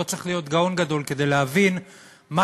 לא צריך להיות גאון גדול כדי להבין מה